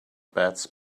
best